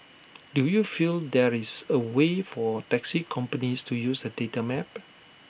do you feel there is A way for taxi companies to use that data map